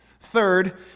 Third